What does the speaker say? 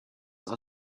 are